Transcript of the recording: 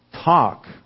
talk